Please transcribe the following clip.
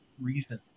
reason